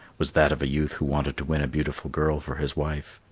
was that of a youth who wanted to win a beautiful girl for his wife.